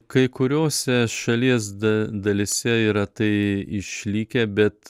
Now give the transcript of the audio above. kai kuriose šalies da dalyse yra tai išlikę bet